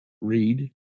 read